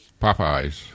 Popeyes